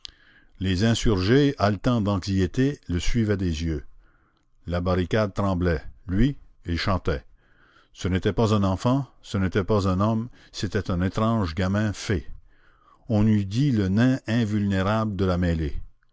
les insurgés haletants d'anxiété le suivaient des yeux la barricade tremblait lui il chantait ce n'était pas un enfant ce n'était pas un homme c'était un étrange gamin fée on eût dit le nain invulnérable de la mêlée